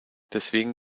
deswegen